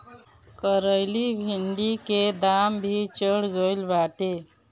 करइली भिन्डी के दाम भी चढ़ गईल बाटे